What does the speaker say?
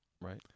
Right